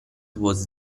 was